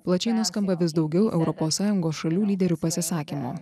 plačiai nuskamba vis daugiau europos sąjungos šalių lyderių pasisakymų